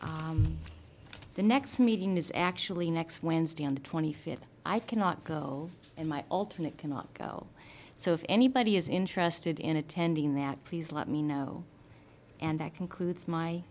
apprenticeship the next meeting is actually next wednesday on the twenty fifth i cannot go in my alternate cannot go so if anybody is interested in attending that please let me know and that concludes my